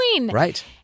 Right